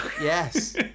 Yes